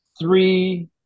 three